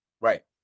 Right